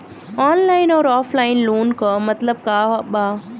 Online अउर offline loan क मतलब का बा?